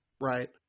Right